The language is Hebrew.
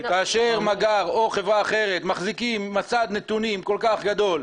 כאשר מאגר או חברה אחרת מחזיקים מסד נתונים כה גדול,